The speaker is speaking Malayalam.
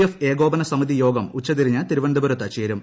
എഫ് ഏകോപന സമിതി യോഗം ഉച്ചതിരിഞ്ഞ് തിരുവനന്തപുരത്ത് ചേരും